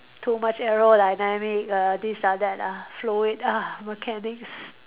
too much aerodynamic ah this ah that ah fluid ah mechanics